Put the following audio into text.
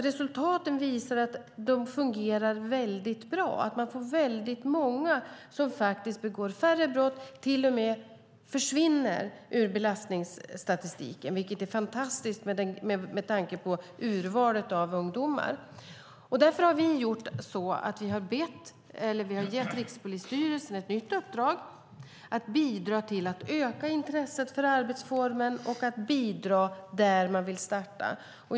Resultaten visar att det fungerar väldigt bra och att det är väldigt många som begår färre brott eller till och med försvinner ur belastningsstatistiken, vilket är fantastiskt med tanke på urvalet av ungdomar. Därför har vi gett Rikspolisstyrelsen ett nytt uppdrag, att bidra till att öka intresset för arbetsformen och att bidra där man vill starta.